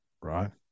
Right